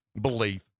belief